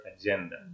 agenda